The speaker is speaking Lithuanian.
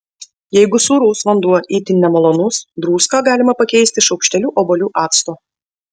jeigu sūrus vanduo itin nemalonus druską galima pakeisti šaukšteliu obuolių acto